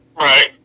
Right